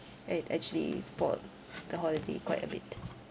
and it actually spoilt the holiday quite a bit